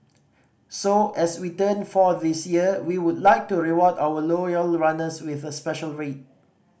so as we turn four this year we would like to reward our loyal runners with a special rate